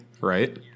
right